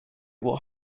what